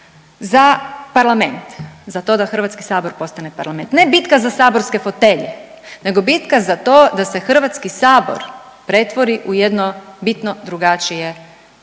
za parlament, za to da HS postane parlament. Ne bitka za saborske fotelje, nego bitka za to da se HS pretvori u jedno bitno drugačije tijelo.